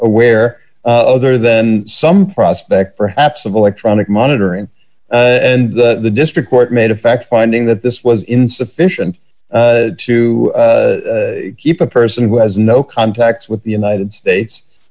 aware other than some prospect perhaps of electronic monitoring and the district court made a fact finding that this was insufficient to keep a person who has no contact with the united states